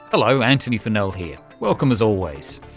hello, antony funnell here, welcome as always.